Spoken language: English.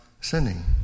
sinning